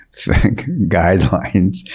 guidelines